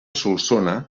solsona